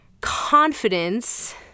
confidence